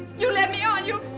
you led me on, you.